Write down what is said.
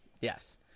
Yes